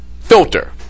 filter